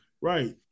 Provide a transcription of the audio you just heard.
Right